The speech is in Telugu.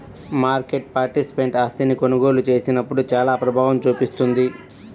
మార్కెట్ పార్టిసిపెంట్ ఆస్తిని కొనుగోలు చేసినప్పుడు చానా ప్రభావం చూపిస్తుంది